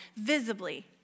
visibly